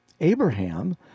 Abraham